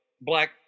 black